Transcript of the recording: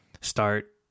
start